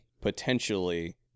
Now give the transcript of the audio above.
potentially